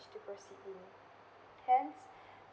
to proceed in hence